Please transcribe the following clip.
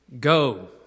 Go